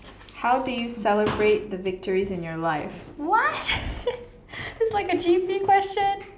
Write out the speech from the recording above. how do you celebrate the victories in your life what it's like a G_P question